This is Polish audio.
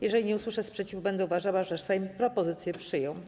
Jeżeli nie usłyszę sprzeciwu, będę uważała, że Sejm propozycję przyjął.